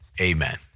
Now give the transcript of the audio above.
Amen